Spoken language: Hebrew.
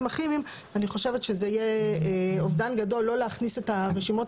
הכימיים - אני חושבת שזה יהיה אובדן גדול לא להכניס את הרשימות